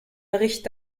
bericht